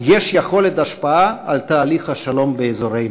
יש יכולת השפעה על תהליך השלום באזורנו.